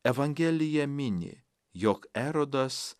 evangelija mini jog erodas